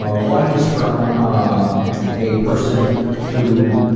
ah one was from um a person who